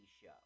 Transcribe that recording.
show